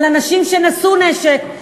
על אנשים שנשאו נשק,